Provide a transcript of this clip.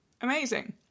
amazing